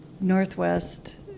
Northwest